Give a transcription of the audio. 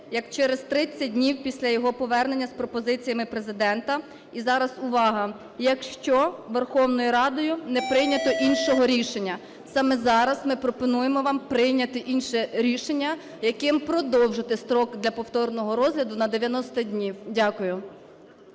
як через 30 днів після його повернення з пропозиціями Президента. І зараз увага: якщо Верховною Радою не прийнято іншого рішення. Саме зараз ми пропонуємо вам прийняти інше рішення, яким продовжити строк для повторного розгляду на 90 днів. Дякую.